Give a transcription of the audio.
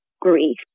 grief